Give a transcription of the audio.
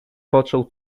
począł